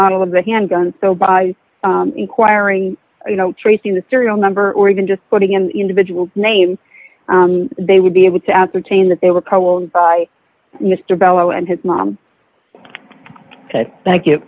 model of the handgun so by inquiring you know tracing the serial number or even just putting in individual names they would be able to ascertain that they were poems by mr bello and his mom thank you